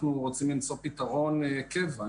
אנחנו רוצים למצוא פתרון קבע.